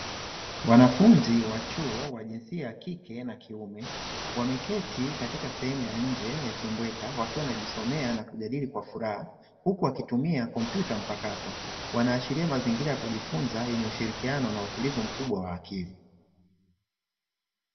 Wanafunzi wa chuo wa jinsia ya kike na kiume, wameketi katika sehemu ya nje ya vingweta wakiwa wanajisomea na kujadili kwa furaha, huku wakitumia kompyuta mpakato wanaashiria mazingira ya kujifunza yenye ushirikiano na utulivu mkubwa wa akili.